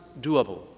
doable